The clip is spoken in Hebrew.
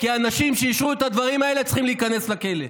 כי האנשים שאישרו את הדברים האלה צריכים להיכנס לכלא.